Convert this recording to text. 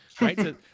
right